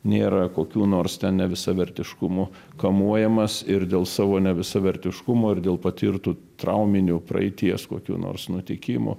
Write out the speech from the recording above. nėra kokių nors nevisavertiškumo kamuojamas ir dėl savo nevisavertiškumo ir dėl patirtų trauminių praeities kokių nors nutikimų